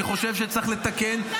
אני חושב שצריך לתקן -- אתה פחדת מהוות"ת.